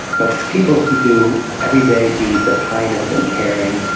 but people who do everyday deeds of kindness, of caring,